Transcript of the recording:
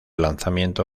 lanzamiento